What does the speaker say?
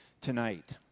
tonight